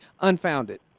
unfounded